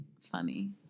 funny